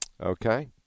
Okay